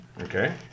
Okay